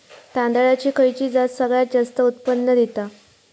तांदळाची खयची जात सगळयात जास्त उत्पन्न दिता?